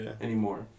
anymore